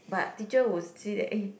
but teacher will see that eh